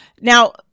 Now